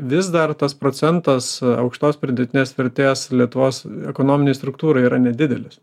vis dar tas procentas aukštos pridėtinės vertės lietuvos ekonominėj struktūroj yra nedidelis